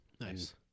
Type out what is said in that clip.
Nice